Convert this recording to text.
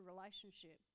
relationship